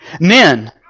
Men